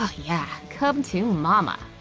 ah yeah. come to mama.